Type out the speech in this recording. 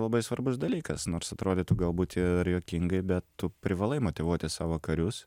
labai svarbus dalykas nors atrodytų galbūt ir juokingai bet tu privalai motyvuoti savo karius